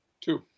Two